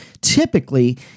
typically